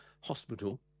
hospital